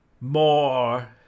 More